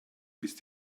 ist